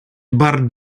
bart